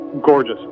gorgeous